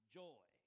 joy